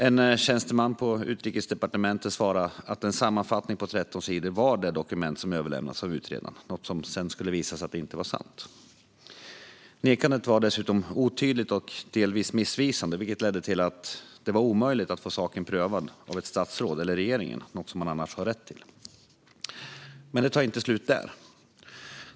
En tjänsteman på Utrikesdepartementet svarade att en sammanfattning på 13 sidor var det dokument som överlämnats av utredaren, något som sedan skulle visa sig inte vara sant. Nekandet var dessutom otydligt och delvis missvisande, vilket ledde till att det var omöjligt att få saken prövad av ett statsråd eller regeringen, något som man annars har rätt till. Gransknings-betänkandeHandläggning av vissa regeringsärenden m.m. Men det tar inte slut där.